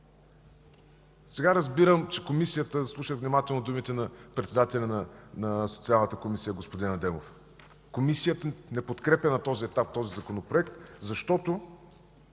Сега разбирам, изслушах внимателно думите на председателя на Социалната комисия господин Адемов – Комисията не подкрепя на този етап законопроекта, защото